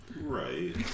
right